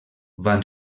van